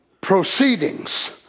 Proceedings